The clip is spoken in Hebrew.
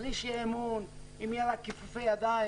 בלי שיהיה אמון, אם יהיו רק כיפופי ידיים,